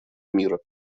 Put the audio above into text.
мира